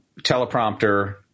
teleprompter